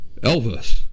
Elvis